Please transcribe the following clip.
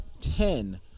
ten